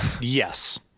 Yes